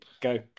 go